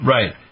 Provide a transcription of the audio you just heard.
Right